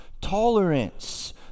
tolerance